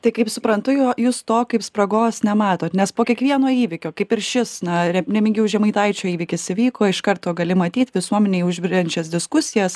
tai kaip suprantu jo jūs to kaip spragos nematot nes po kiekvieno įvykio kaip ir šis na remigijaus žemaitaičio įvykis įvyko iš karto gali matyt visuomenėj užveriančias diskusijas